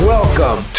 Welcome